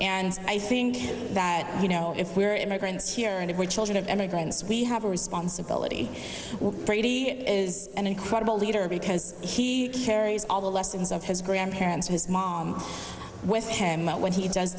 and i think that you know if we are immigrants here and if we children of immigrants we have a responsibility brady is an incredible leader because he carries all the lessons of his grandparents his mom with him when he does